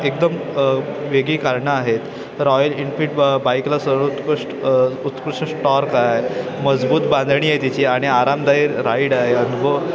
एकदम वेगळी कारणं आहेत रॉयल इनफिल्ड ब बाईकला सर्वोत्कृष्ट उत्कृष्ट स्टॉर्क आहे मजबूत बांधणी आहे तिची आणि आरामदायक राईड आहे अनुभव